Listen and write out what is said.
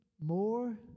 more